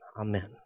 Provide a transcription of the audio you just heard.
Amen